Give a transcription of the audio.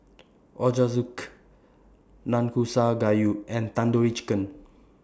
Ochazuke Nanakusa Gayu and Tandoori Chicken